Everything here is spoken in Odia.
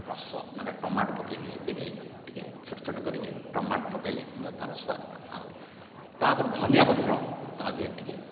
ରସ ମାନେ ଟମାଟୋ ପକାଇ ଦେବେ ଟିକେ ଛୋଟ ଛୋଟ କରିକି ଟମାଟୋ ପକାଇଲେ ତା'ର ସ୍ଵାଦ ତା ଆହୁରି ତା'ପରେ ଧନିଆ ପତ୍ର ତା'ଦେହରେ ଟିକେ